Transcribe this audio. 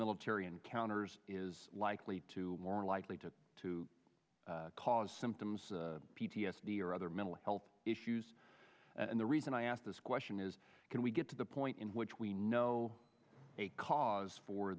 military encounters is likely to more likely to to cause symptoms p t s d or other mental health issues and the reason i ask this question is can we get to the point in which we know a cause for